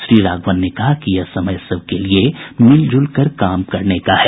श्री राघवन ने कहा कि यह समय सबके लिए मिलजुल कर काम करने का है